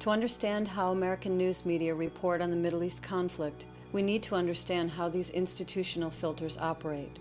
to understand how american news media report on the middle east conflict we need to understand how these institutional filters operate